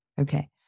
Okay